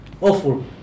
awful